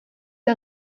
der